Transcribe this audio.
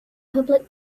public